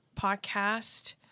podcast